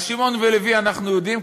אז שמעון ולוי אנחנו יודעים,